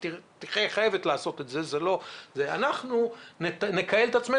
תהיה חייבת לעשות את זה אנחנו נכייל את עצמנו